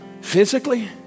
Physically